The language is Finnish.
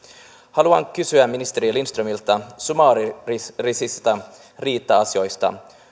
haluan kysyä ministeri lindströmiltä summaarisista riita asioista